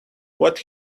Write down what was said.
what